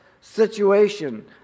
situation